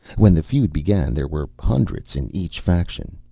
when the feud began there were hundreds in each faction.